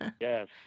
yes